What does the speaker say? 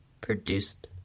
produced